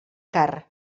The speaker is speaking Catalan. car